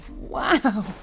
wow